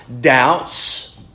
doubts